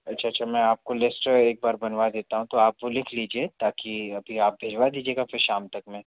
अच्छा अच्छा मैं आपको लिस्ट एक बार बनवा देता हूँ तो आपको तो लिख लीजिए ताकि अभी आप भिजवा दीजिएगा फिर शाम तक मैं